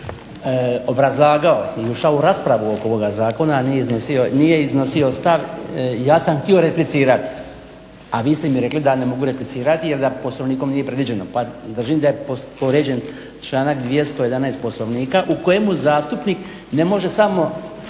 obrazlagao i ušao u raspravu oko ovoga zakona nije iznosio stav ja sam htio replicirati, a vi ste mi rekli da ne mogu replicirati jer da Poslovnikom nije predviđeno. Pa držim da je povrijeđen članak 211. poslovnika u kojemu zastupnik ne može samo